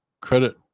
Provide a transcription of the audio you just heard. credit